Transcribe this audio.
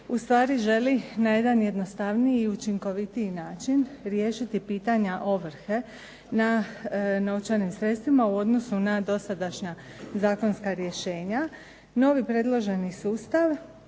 ustvari želi na jedan jednostavniji i učinkovitiji način riješiti pitanja ovrhe na novčanim sredstvima u odnosu na dosadašnja zakonska rješenja. Novi predloženi sustav